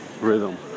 rhythm